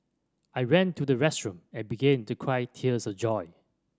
I ran to the restroom and began to cry tears of joy